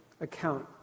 account